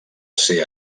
ser